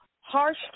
harsh